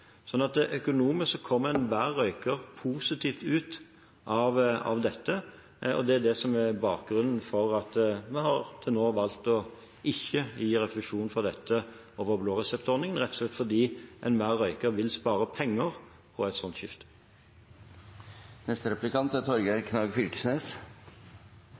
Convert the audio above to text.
økonomisk kommer enhver røyker positivt ut av dette. Det er det som er bakgrunnen for at vi til nå har valgt ikke å gi refusjon for dette over blåreseptordningen, rett og slett fordi enhver røyker vil spare penger på et sånt